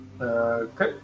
Okay